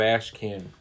Ashcan